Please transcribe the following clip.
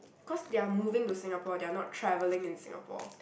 cause they are moving to Singapore they are not travelling in Singapore